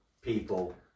people